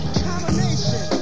combination